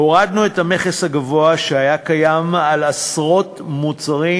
הורדנו את המכס הגבוה שהיה קיים על עשרות מוצרים,